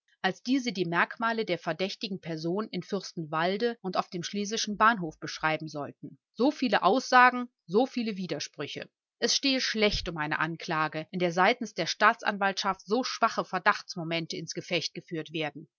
als diese die merkmale der verdächtigen person in fürstenwalde und auf dem schlesischen bahnhof beschreiben schreiben sollten so viele aussagen so viele widersprüche es stehe schlecht um eine anklage in der seitens der staatsanwaltschaft so schwache verdachtsmomente ins gefecht geführt werden